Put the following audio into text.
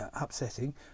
upsetting